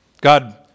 God